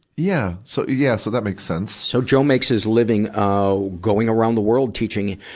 yeah so yeah, so that makes sense. so joe makes his living, ah, going around the world teaching, ah,